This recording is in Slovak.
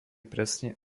presne